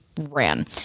ran